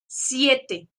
siete